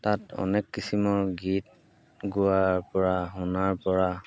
তাত অনেক কিচিমৰ গীত গোৱাৰপৰা শুনাৰপৰা